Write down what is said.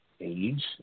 age